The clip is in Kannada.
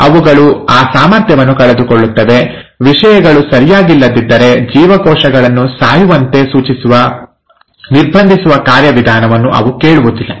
ಅವುಗಳು ಆ ಸಾಮರ್ಥ್ಯವನ್ನು ಕಳೆದುಕೊಳ್ಳುತ್ತವೆ ವಿಷಯಗಳು ಸರಿಯಾಗಿಲ್ಲದಿದ್ದರೆ ಜೀವಕೋಶಗಳನ್ನು ಸಾಯುವಂತೆ ಸೂಚಿಸುವ ನಿರ್ಬಂಧಿಸುವ ಕಾರ್ಯವಿಧಾನವನ್ನು ಅವು ಕೇಳುವುದಿಲ್ಲ